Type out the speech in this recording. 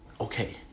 Okay